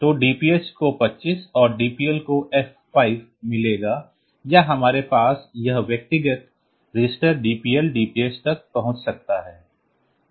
तो DPH को 25 और DPL को एफ 5 मिलेगा या हमारे पास यह व्यक्तिगत रजिस्टर DPL DPH तक पहुंच सकता है